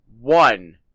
one